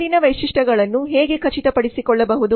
ಮೇಲಿನ ವೈಶಿಷ್ಟ್ಯಗಳನ್ನು ಹೇಗೆ ಖಚಿತಪಡಿಸಿಕೊಳ್ಳಬಹುದು